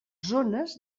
zones